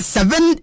Seven